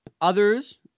Others